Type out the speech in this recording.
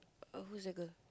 uh who's that girl